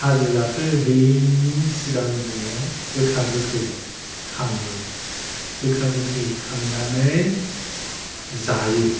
हाजो गाखो हैयैनि सिगां जोङो गोखा गोखै खाङो गोखा गोखै खांनानै जायो